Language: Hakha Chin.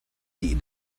dih